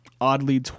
oddly